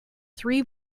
three